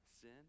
sin